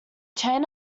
chain